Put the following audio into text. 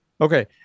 Okay